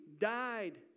died